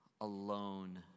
alone